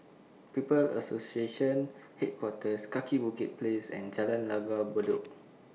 People's Association Headquarters Kaki Bukit Place and Jalan Langgar Bedok